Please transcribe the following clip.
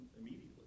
immediately